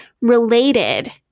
related